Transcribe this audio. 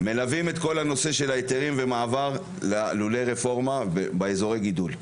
מלווים את כל הנושא של היתרים והמעבר ללולי רפורמה באזורי הגידול.